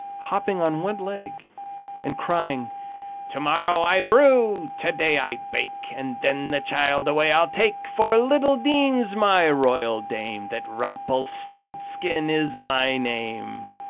hopping on one leg and crying to-morrow i brew, to-day i bake, and then the child away i'll take for little deems my royal dame that rumpelstiltzkin is my name!